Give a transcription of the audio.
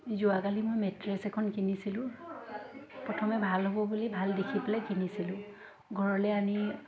যোৱাকালি মই মেট্ৰেছ এখন কিনিছিলোঁ প্ৰথমে ভাল হ'ব বুলি ভাল দেখি পেলাই কিনিছিলোঁ ঘৰলৈ আনি